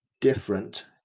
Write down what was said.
different